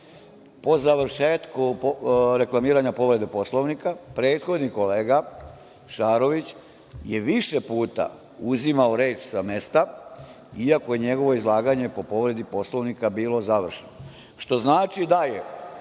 Po završetku reklamiranja povrede Poslovnika, prethodni kolega, Šarović, je više puta uzimao reč sa mesta, iako je njegovo izlaganje po povredi Poslovnika bilo završeno. To znači da je